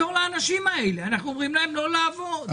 לעזור לאנשים האלה, אנחנו אומרים להם לא לעבוד.